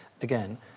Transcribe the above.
again